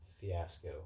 fiasco